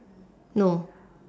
no